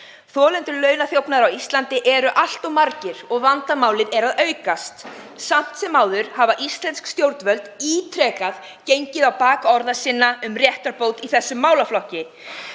Þolendur launaþjófnaðar á Íslandi eru allt of margir og vandamálið er að aukast. Samt sem áður hafa íslensk stjórnvöld ítrekað gengið á bak orða sinna um réttarbót í þessum málaflokki.